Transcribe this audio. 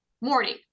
morning